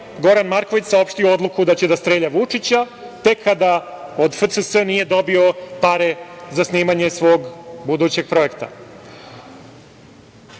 Goran Marković saopštio odluku da će da strelja Vučića tek kada od FCS nije dobio pare za snimanje svog budućeg projekta. Da